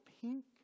pink